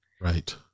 right